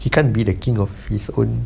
he can't be the king of his own